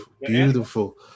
Beautiful